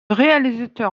réalisateur